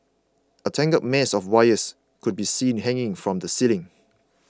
a tangled mess of wires could be seen hanging from the ceiling